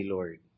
Lord